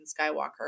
Skywalker